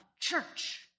church